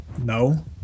No